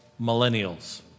millennials